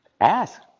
ask